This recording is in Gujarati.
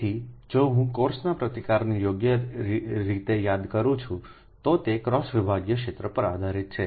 તેથી જો હું કોર્સના પ્રતિકારને યોગ્ય રીતે યાદ કરું છું તો તે ક્રોસ વિભાગીય ક્ષેત્ર પર આધારિત છે